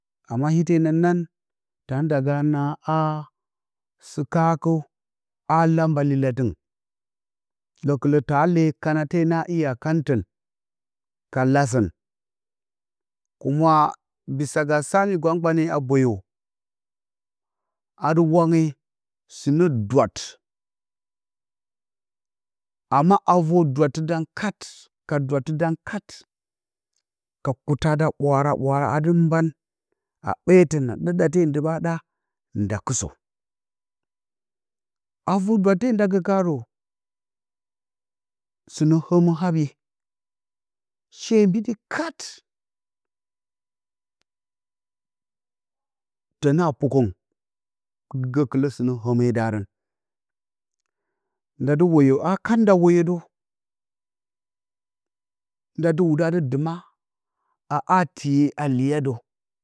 Amma ite ha nan tan da ga naa ha sɨ kakə ha la mbale latɨngɨn gəkələ ta le kana te na iya kəntən ka lasə kuma mi kpan-kpane a boyə a dɨ wange sɨ nə dwat amma a və dwat tɨ dan kat ka dwat tɨ dan kat ka kutada ɓwaara ɓwaara a dɨ mban ta ɓe tən a ɗa ɗate ndə ɓa ɗa nda kɨsə a vər dwate nda kə karə sɨnə həmə haɓye she mbi dɨ kat təna pookə ngɨn. nda də woyə a kat nda woyə də nda dɨ wudə a dɨ dɨma a ha tiye a liya də